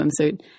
swimsuit